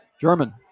German